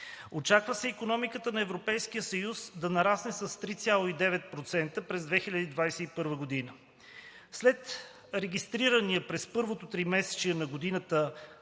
Очаква се икономиката на Европейския съюз да нарасне с 3,9% през 2021 г. След регистрирания през първото тримесечие на годината